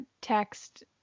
text